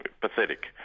Pathetic